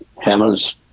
hammers